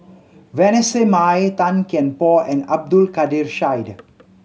Vanessa Mae Tan Kian Por and Abdul Kadir Syed